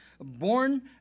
born